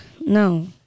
no